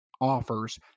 offers